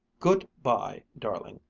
good bye, darling,